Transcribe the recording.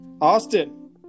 Austin